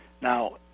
Now